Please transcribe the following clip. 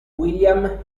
william